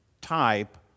type